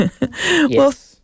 Yes